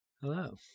Hello